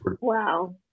Wow